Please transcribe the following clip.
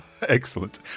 Excellent